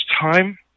time